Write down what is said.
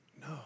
No